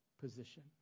position